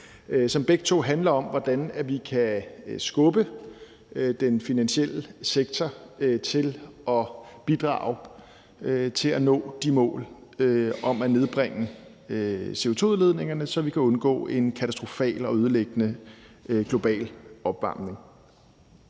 begge to om, hvordan vi kan skubbe den finansielle sektor til at bidrage til at nå målene om at nedbringe CO2-udledningerne, så vi kan undgå en katastrofal og ødelæggende global opvarmning.